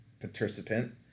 participant